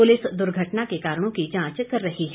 police दुर्घटना के कारणों की जांच कर रही है